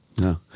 No